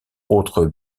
autres